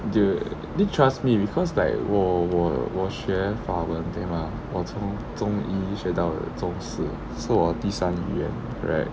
dude this trust me because like 我我我选法文对吗我从中一学到中四是我第三语言 correct